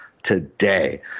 today